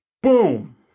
Boom